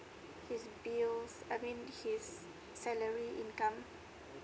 his bills I mean his salary income